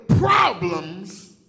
problems